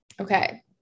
okay